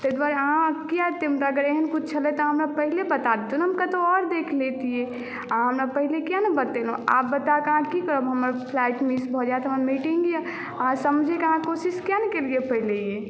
ताहिद्वारे अहाँ किया एतेक एहन किछु छलए तऽ हमरा पहिनेहे बता दैतहुँ ने हम कतहुँ आओर देख लैतियै अहाँ हमरा पहिले किया नहि बतेलहुँ आब बताके अहाँ की करब हमर फ्लाइट मिस भऽ जायत हमर मिटिंग यए समझयके अहाँ कोशिश किया नहि केलियै पहिनेहे